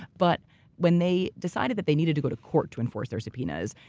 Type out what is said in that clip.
but when they decided that they needed to go to court to enforce their subpoenas,